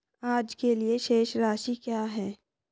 आज के लिए शेष राशि क्या है?